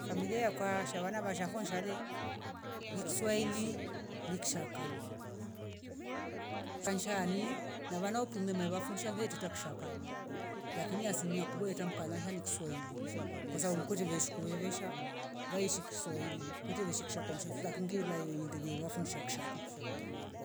Familia yakwa shavana vasha fo nshale ni kiswahili ni kishaka nshani na wana upumia maiva funshave teta kishaka lakini asilimia kubwa yeta mkanasha ni kiswahili kwasababu mkwete veshkuve vesha vaishi kiswahili kute vishi kishkaka mshafuba kingi lai iwendelie wafundisha kishaka